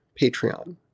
Patreon